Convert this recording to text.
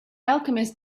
alchemist